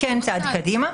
צעד קדימה.